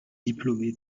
diplômé